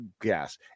gas